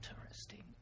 interesting